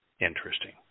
interesting